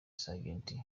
sgt